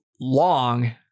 long